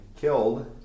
killed